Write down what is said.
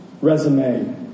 resume